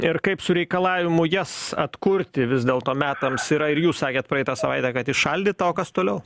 ir kaip su reikalavimu jas atkurti vis dėlto metams yra ir jūs sakėte praeitą savaitę kad įšaldyta o kas toliau